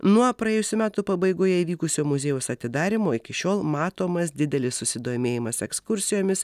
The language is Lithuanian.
nuo praėjusių metų pabaigoje įvykusio muziejaus atidarymo iki šiol matomas didelis susidomėjimas ekskursijomis